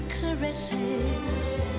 caresses